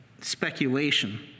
speculation